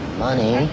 money